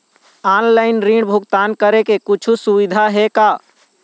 Online ऋण भुगतान करे के कुछू सुविधा हे का?